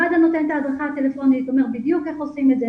מד"א נותן הדרכה טלפונית ואומר בדיוק איך עושים את זה,